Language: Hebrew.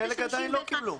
חלק עדיין לא קיבלו.